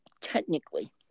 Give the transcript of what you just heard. technically